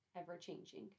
ever-changing